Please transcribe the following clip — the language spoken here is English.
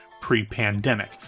pre-pandemic